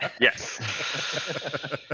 yes